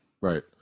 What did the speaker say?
Right